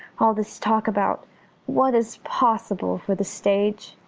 all this talk about what is possible for the stage.